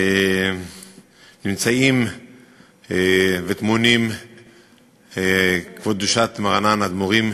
נמצאים וטמונים כבוד קדושת מרן האדמו"רים